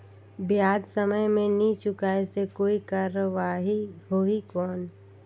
ब्याज समय मे नी चुकाय से कोई कार्रवाही होही कौन?